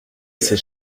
c’est